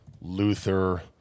Luther